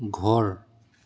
ঘৰ